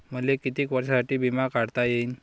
मले कितीक वर्षासाठी बिमा काढता येईन?